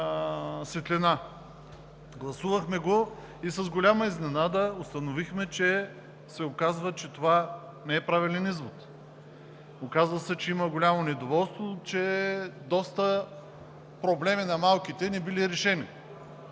светлина. Гласувахме го. С голяма изненада установихме, че се оказва, че това не е правилен извод. Оказва се, че има голямо недоволство, че доста проблеми на малките не били решени.